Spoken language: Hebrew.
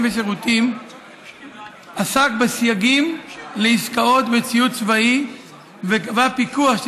ושירותים עסק בסייגים לעסקאות בציוד צבאי וקבע פיקוח של